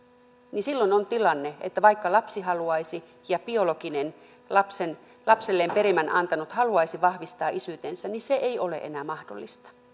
niin silloin on tilanne että vaikka lapsi haluaisi ja biologinen lapselleen perimän antanut haluaisi vahvistaa isyytensä niin se ei ole enää mahdollista